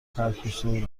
پرکشید